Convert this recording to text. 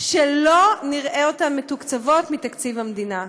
שלא נראה אותן מתוקצבות מתקציב המדינה,